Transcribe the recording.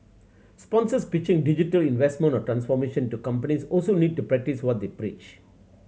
sponsors pitching digital investment or transformation to companies also need to practice what they preach